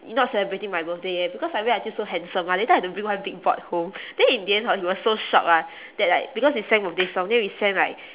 not celebrating my birthday eh because I wear until so handsome ah later I have to bring one big board home then in the end hor he was so shocked ah that like because we sang birthday song then we sang like